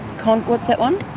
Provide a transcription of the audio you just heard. kind of what's that one?